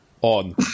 on